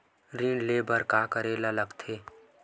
ऋण ले बर का करे ला लगथे?